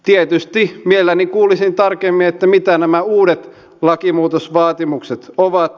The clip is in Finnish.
tietysti mielelläni kuulisin tarkemmin mitä nämä uudet lakimuutosvaatimukset ovat